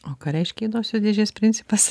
o ką reiškia juodosios dėžės principas